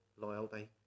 loyalty